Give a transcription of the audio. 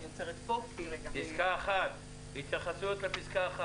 התייחסויות לפסקה?